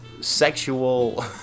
sexual